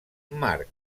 marc